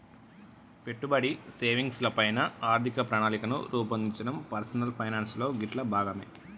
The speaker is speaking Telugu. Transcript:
పెట్టుబడి, సేవింగ్స్ ల పైన ఆర్థిక ప్రణాళికను రూపొందించడం పర్సనల్ ఫైనాన్స్ లో గిట్లా భాగమే